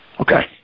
Okay